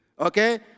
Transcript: Okay